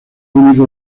único